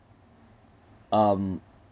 um